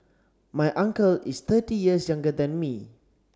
my uncle is thirty years younger than me